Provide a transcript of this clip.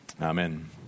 Amen